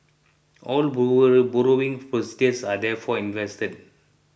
all borrowing proceeds are therefore invested